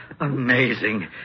Amazing